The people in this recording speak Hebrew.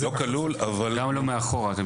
גם לא מאחורה?